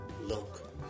look